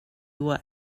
what